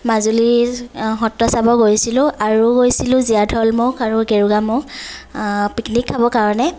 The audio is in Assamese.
মাজুলীত সত্ৰ চাব গৈছিলো আৰু গৈছিলো জীয়াঢলমুখ আৰু গেৰুকামুখ পিকনিক খাব কাৰণে